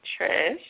Trish